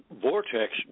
Vortex